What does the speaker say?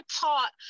taught